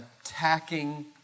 attacking